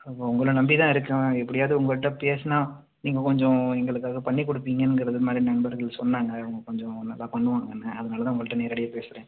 அப்போ உங்களை நம்பி தான் இருக்கேன் எப்படியாது உங்கள்ட்ட பேசினா நீங்க கொஞ்சம் எங்களுக்காக பண்ணி கொடுப்பிங்கங்குறமாரி நண்பர்கள் சொன்னாங்க அவங்க கொஞ்சம் நல்ல பண்ணுவாங்க அதனால தான் உங்கள்ட்ட நேரடியாக பேசுறேன்